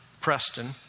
Preston